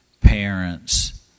parents